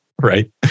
right